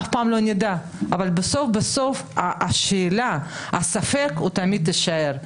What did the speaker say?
אף פעם לא נדע אבל בסוף הספק תמיד יישאר,